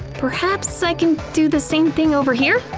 perhaps i can do the same thing over here.